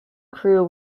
crew